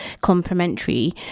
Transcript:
complementary